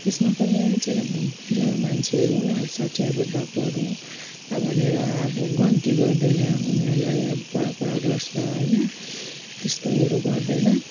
त्यसमा पनि है जे बुढो मान्छेहरू अब साठी एबोभ भएकोहरू भनेर अब गन्ती गर्दैन उनिहरूलाई अब पर पर गर्छ होइन त्यस्तो उयोहरू गर्दैन